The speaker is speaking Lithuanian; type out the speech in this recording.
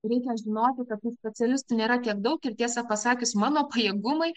reikia žinoti kad tų specialistų nėra tiek daug ir tiesą pasakius mano pajėgumai